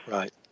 Right